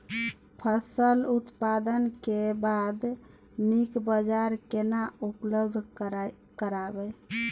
फसल उत्पादन के बाद नीक बाजार केना उपलब्ध कराबै?